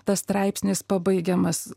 tas straipsnis pabaigiamas